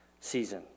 season